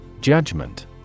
Judgment